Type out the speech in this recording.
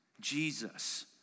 Jesus